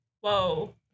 Whoa